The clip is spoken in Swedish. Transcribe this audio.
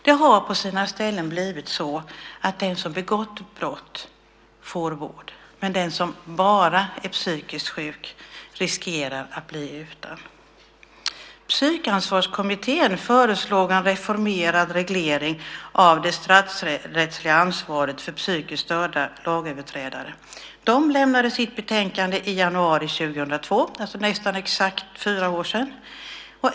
Det har på sina ställen blivit så att den som begått brott får vård, men den som så att säga bara är psykiskt sjuk riskerar att bli utan. Psykansvarskommittén föreslog en reformerad reglering av det straffrättsliga ansvaret för psykiskt störda lagöverträdare. Den lämnade sitt betänkande i januari 2002, alltså för nästan exakt fyra år sedan.